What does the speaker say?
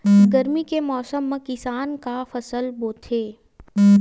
गरमी के मौसम मा किसान का फसल बोथे?